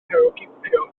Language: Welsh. herwgipio